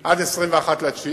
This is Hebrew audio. בספטמבר עד 21 בספטמבר,